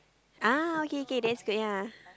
ah okay okay that's good yea